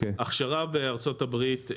הכשרה בארצות הברית,